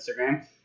Instagram